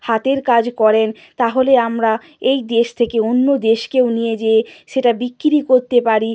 হাতের কাজ করেন তাহলে আমরা এই দেশ থেকে অন্য দেশকেও নিয়ে যেয়ে সেটা বিক্রি করতে পারি